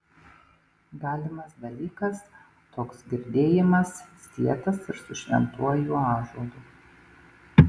galimas dalykas toks girdėjimas sietas ir su šventuoju ąžuolu